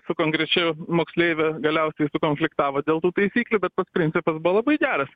su konkrečiu moksleiviu galiausiai sukonfliktavo dėl tų taisyklių bet principas buvo labai geras